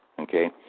Okay